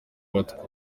abatwa